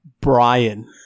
Brian